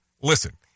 listen